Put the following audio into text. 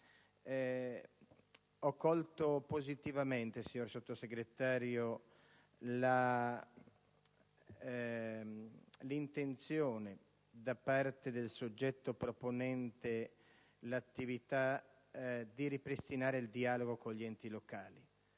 Ho colto positivamente, signor Sottosegretario, l'intenzione da parte del soggetto proponente l'attività di ripristinare il dialogo con gli enti locali.